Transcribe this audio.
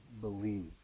Believe